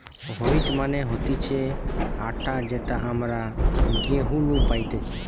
wheat মানে হতিছে আটা যেটা আমরা গেহু নু পাইতেছে